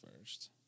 first